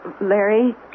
Larry